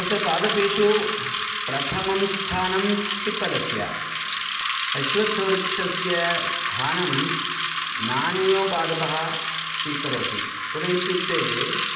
तत्र पादपेषु प्रथमं स्थानं पिप्पलस्य अश्वत्थवृक्षस्य स्थानं नान्यो पादपः स्वीकरोति कुत इत्युक्ते